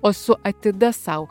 o su atida sau